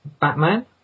Batman